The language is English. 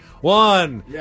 one